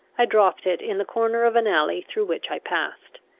i dropped it in the corner of an alley through which i passed.